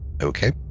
Okay